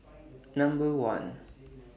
Number one